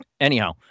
anyhow